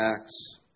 acts